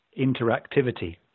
interactivity